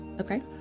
okay